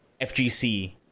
FGC